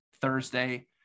thursday